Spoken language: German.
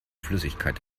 flüssigkeit